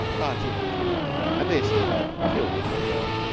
but he had a tender heart, and this, he felt, would kill the poor girl.